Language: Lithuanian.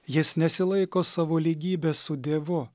jis nesilaiko savo lygybės su dievu